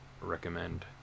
recommend